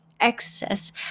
excess